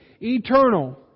eternal